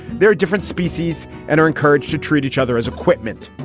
they're a different species and are encouraged to treat each other as equipment.